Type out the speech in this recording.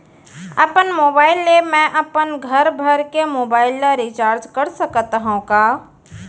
अपन मोबाइल ले मैं अपन घरभर के मोबाइल ला रिचार्ज कर सकत हव का?